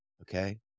Okay